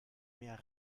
mehr